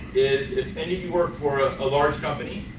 is if any of you work for a large company,